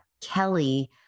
Kelly